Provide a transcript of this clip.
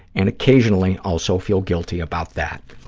and occasionally also feel guilty about that.